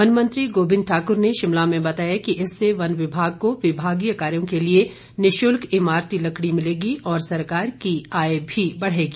one मंत्री गोविंद ठाक्र ने शिमला में बताया कि इससे वन विभाग को विभागीय कार्यो के लिए निशुल्क इमारती लकड़ी मिलेगी और सरकार की आय भी बढ़ेगी